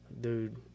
Dude